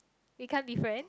we can't be friends